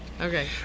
okay